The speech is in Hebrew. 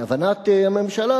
להבנת הממשלה,